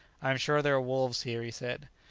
i am sure there are wolves here, he said.